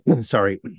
Sorry